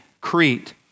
Crete